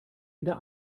wieder